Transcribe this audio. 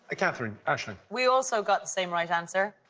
katherine, aisling? we also got the same right answer.